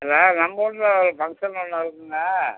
இல்லை நம்ம வீட்ல ஃபங்க்ஷன் ஒன்று இருக்குதுங்க